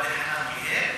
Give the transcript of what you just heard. ואדי אל-חמאם,